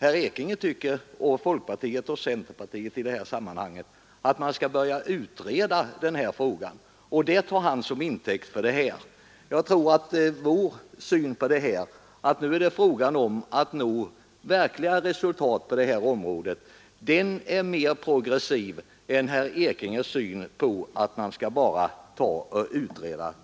Herr Ekinge tycker, liksom hela folkpartiet och centerpartiet i det här sammanhanget, att man skall börja utreda frågan, och det tar han som intäkt för sitt påstående. Jag tror att vår syn på saken — att nu är det fråga om att nå verkliga resultat — är mer progressiv än herr Ekinges uppfattning att man bara skall utreda